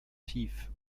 tief